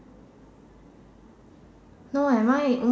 so am I